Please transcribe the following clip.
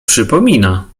przypomina